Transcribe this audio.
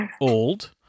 old